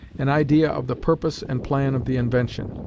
an idea of the purpose and plan of the invention.